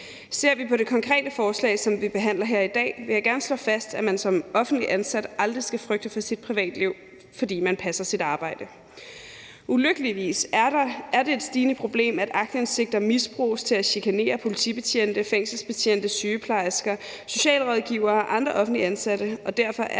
Ser vi på det konkrete forslag, som vi behandler her i dag, vil jeg gerne slå fast, at man som offentligt ansat aldrig skal frygte for sit privatliv, fordi man passer sit arbejde. Ulykkeligvis er det et stigende problem, at aktindsigter misbruges til at chikanere politibetjente, fængselsbetjente, sygeplejersker, socialrådgivere og andre offentligt ansatte, og derfor er